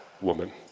woman